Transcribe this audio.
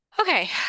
Okay